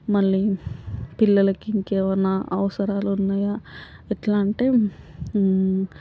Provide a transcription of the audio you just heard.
మళ్ళీ పిల్లలకి ఇంకేమైనా అవసరాలు ఉన్నాయా ఎట్లా అంటే